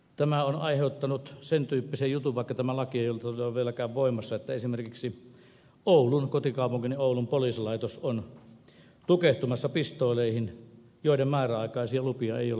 tämä on aiheuttanut sen tyyppisen jutun vaikka tämä laki ei ole vieläkään voimassa että esimerkiksi kotikaupunkini oulun poliisilaitos on tukehtumassa pistooleihin joiden määräaikaisia lupia ei ole jatkettu